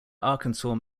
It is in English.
arkansas